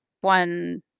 One